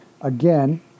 Again